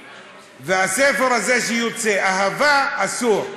הספר הזה, שיוצאת אהבה, אסור,